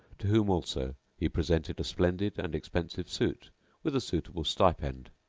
to whom also he presented a splendid and expensive suit with a suitable stipend.